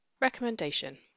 Recommendation